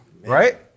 right